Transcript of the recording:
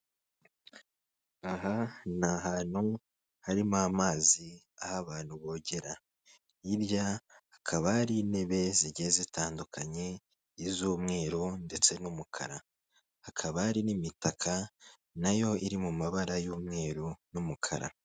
Aha ni ahantu harimo amazi aho abantu bogera, hirya hakaba hari intebe zigiye zitandukanye iz'umweru ndetse n'umukara, hakaba hari n'imitaka nayo iri mu mabara y'umweru n'umukara.